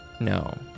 No